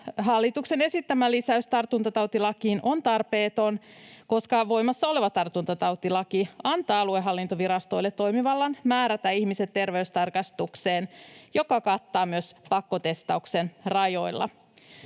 hallituksen esittämä lisäys tartuntatautilakiin on tarpeeton, koska voimassa oleva tartuntatautilaki antaa aluehallintovirastoille toimivallan määrätä ihmiset terveystarkastukseen, joka kattaa myös pakkotestauksen rajoilla.